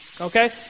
Okay